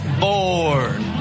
board